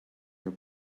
your